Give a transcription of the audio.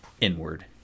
inward